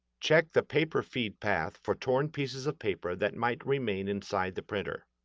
check the paper feed path for torn pieces of paper that might remain inside the printer.